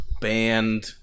band